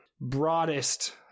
broadest